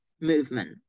movement